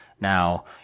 Now